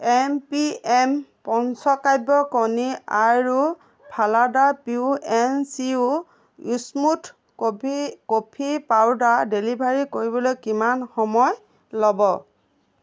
M P M Panchakavya কণী আৰু ফালাডা pure and sure smooth coffee coffee powder delivery কৰিবলৈ কিমান সময় ল'ব